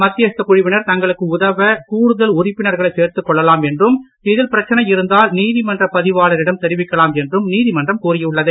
மத்தியஸ்த குழுவினர் தங்களுக்கு உதவ கூடுதல் உறுப்பினர்களை சேர்த்துக் கொள்ளலாம் என்றும் இதில் பிரச்சனை இருந்தால் நீதிமன்ற பதிவாளரிடம் தெரிவிக்கலாம் என்றும் நீதிமன்றம் கூறியுள்ளது